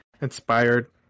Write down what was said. inspired